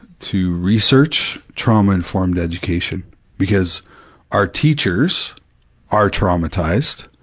to research trauma in formed education because our teachers are traumatized,